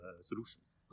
solutions